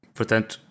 Portanto